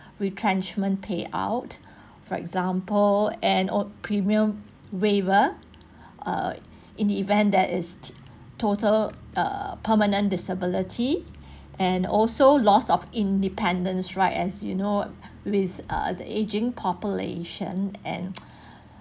retrenchment payout for example and old premium waiver err in the event that is total err permanent disability and also loss of independence right as you know with uh the ageing population and